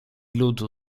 ludu